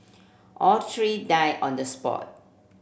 all three die on the spot